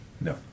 No